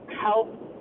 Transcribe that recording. help